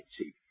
see